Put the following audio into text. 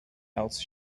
else